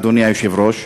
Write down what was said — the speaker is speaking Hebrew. אדוני היושב-ראש.